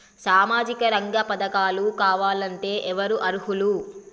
సామాజిక రంగ పథకాలు కావాలంటే ఎవరు అర్హులు?